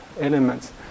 elements